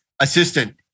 assistant